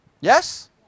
Yes